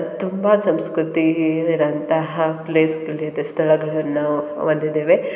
ತುಂಬ ಸಂಸ್ಕೃತಿ ಇರೋಂತಹ ಪ್ಲೇಸ್ಗಳು ಇದೆ ಸ್ಥಳಗಳನ್ನು ನಾವು ಹೊಂದಿದೇವೆ